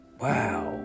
wow